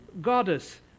Goddess